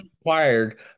required